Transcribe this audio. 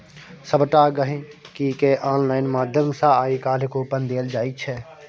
सभटा गहिंकीकेँ आनलाइन माध्यम सँ आय काल्हि कूपन देल जाइत छै